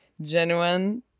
Genuine